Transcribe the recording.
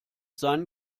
seinen